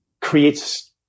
creates